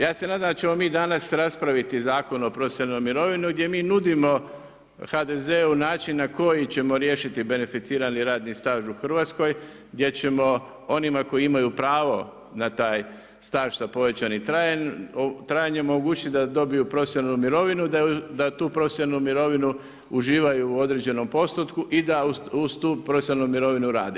Ja se nadam da ćemo mi danas raspraviti Zakon o profesionalnoj mirovini gdje mi nudimo HDZ-u način na koji ćemo riješiti beneficirani radni staž u RH, gdje ćemo onima koji imaju pravo na taj staž sa povećanim trajanjem omogućiti da dobiju profesionalnu mirovinu, da tu profesionalnu mirovinu uživaju u određenom postotku i da uz tu profesionalnu mirovinu rade.